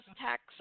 tax